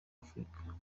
afurika